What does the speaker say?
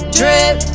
drip